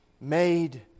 made